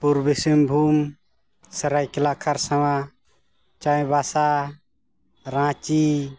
Purbi Singhbhum Seraikela Kharsawan Chaibasa Ranchi